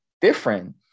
different